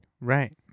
right